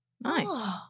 Nice